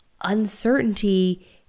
Uncertainty